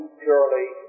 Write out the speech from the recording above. purely